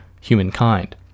humankind